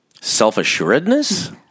Self-assuredness